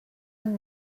amb